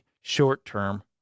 short-term